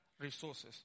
resources